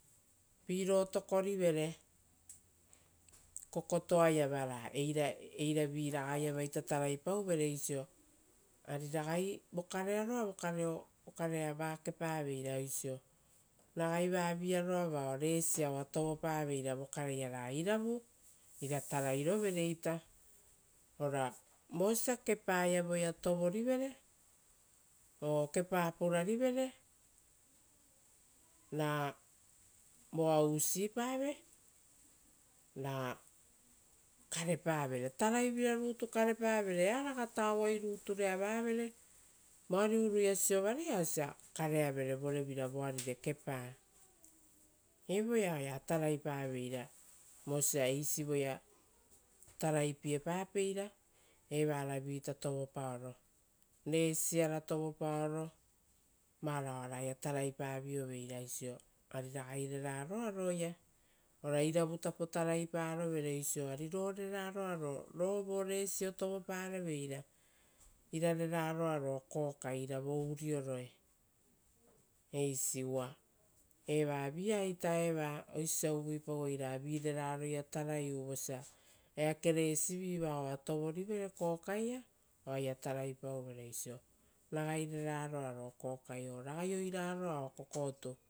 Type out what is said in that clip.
Piro tokorivere ra eiraviraga lava ita taraipauvere oisio, oragai vokarea roa vokareo okarea vakepa veira oisio. Ragai vavi aroa vao resia ra iravu ira tarai rovere ita. Ora vosia kepaia voea tovorivere o kepa purarivere ra voa usipave ra karepavere, tarai vira rutu karepare, earaga uvavu avevere voari uruia siovaraia osia kareavere vorevira voarire kepa. Evoea oea taraipaveira vosa eisi voea taraipiepapeira evaravi-ita tovopaoro, resiara tovopaoro varao oaraia taraipavioveira ari ragai reraroa roia, ora iravutapo tarai parovere ari ro rera roa roia, ro vo resio tovopareveira ira rera roia kokai ira vo urioroe. Eisi uva evavi-ia ita eva oisio osa vi rera rioa tarai u vosa eake resii vao oa tovorivere kokai ia, oaia tarai pau vere oisio ragai rera roia kokai o ragai oiraroa o kokotu